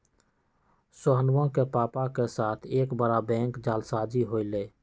सोहनवा के पापा के साथ एक बड़ा बैंक जालसाजी हो लय